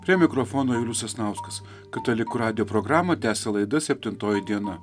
prie mikrofono julius sasnauskas katalikų radijo programą tęsia laida septintoji diena